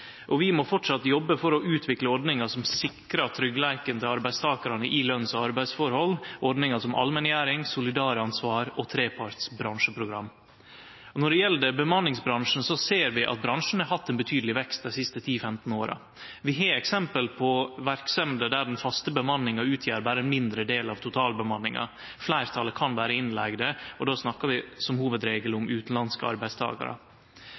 Og vi må framleis jobbe for å utvikle ordningar som sikrar tryggleiken til arbeidstakarane i løns- og arbeidsforhold – ordningar som allmenngjering, solidaransvar og treparts bransjeprogram. Når det gjeld bemanningsbransjen, ser vi at bransjen har hatt ein betydeleg vekst dei siste ti–femten åra. Vi har eksempel på verksemder der den faste bemanninga utgjer berre ein mindre del av totalbemanninga. Fleirtalet kan vere leigde inn, og då snakkar vi som hovudregel om utanlandske arbeidstakarar.